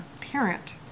parent